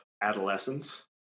adolescence